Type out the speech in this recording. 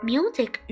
Music